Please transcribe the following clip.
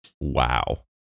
Wow